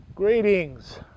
Greetings